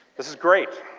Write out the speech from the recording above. this is great.